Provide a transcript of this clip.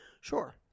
Sure